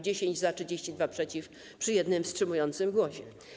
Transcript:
10 głosów za, 32 przeciw, przy jednym wstrzymującym głosie.